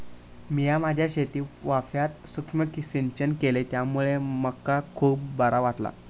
मिया माझ्या शेतीवाफ्यात सुक्ष्म सिंचन केलय त्यामुळे मका खुप बरा वाटला